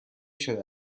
شده